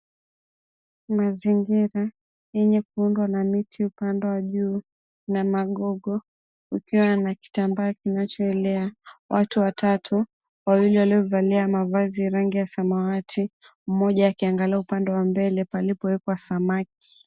Mazingira yenye kuundwa na miti upande wa juu kuna magogo. Kukiwa na kitambaa kinachoelea ,watu watatu wawili waliovalia mavazi ya rangi ya samawati, mmoja akiangalia upande wa mbele palipowekwa samaki.